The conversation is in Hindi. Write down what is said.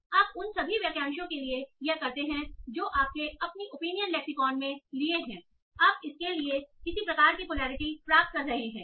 और आप उन सभी वाक्यांशों के लिए यह करते हैं जो आपने अपनी ओपिनियन लेक्सिकॉन में लिए हैं आप इसके लिए किसी प्रकार की पोलैरिटी प्राप्त करते हैं